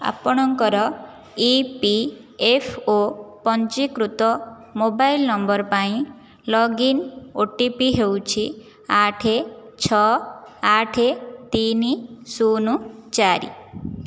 ଆପଣଙ୍କର E P F ଓ ପଞ୍ଜୀକୃତ ମୋବାଇଲ ନମ୍ବର ପାଇଁ ଲଗଇନ୍ ଓ ଟି ପି ହେଉଛି ଆଠ ଛଅ ଆଠ ତିନି ଶୂନ ଚାରି